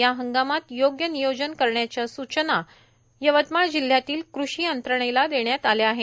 या हंगामात योग्य नियोजन करण्याच्या स्चना जिल्ह्यातील कृषी यंत्रणेला देण्यात आल्या आहेत